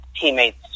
teammates